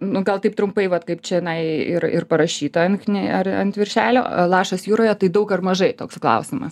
nu gal taip trumpai vat kaip čionai ir ir parašyta ant kny ar ant viršelio a lašas jūroje tai daug ar mažai toks klausimas